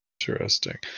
Interesting